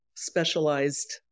specialized